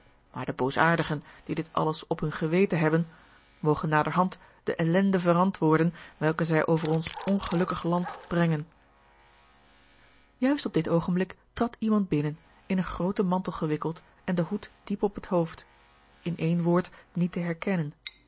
maar de boosaardigen die dit alles op hun geweten hebben mogen naderhand de ellende verantwoorden welke zij over ons ongelukkig land brengen juist op dit oogenblik trad iemand binnen in een grooten mantel gewikkeld en den hoed diep op het hoofd in één woord niet te herkennen